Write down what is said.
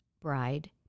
bride